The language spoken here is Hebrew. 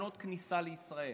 תקנות הכניסה לישראל.